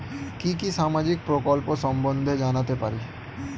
কি কি সামাজিক প্রকল্প সম্বন্ধে জানাতে পারি?